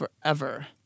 forever